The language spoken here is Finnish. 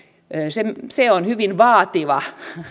se se on hyvin vaativa